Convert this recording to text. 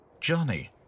Johnny